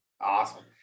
Awesome